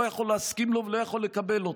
לא יכול להסכים לו ולא יכול לקבל אותו.